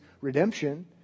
redemption